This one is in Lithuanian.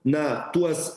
na tuos